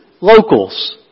locals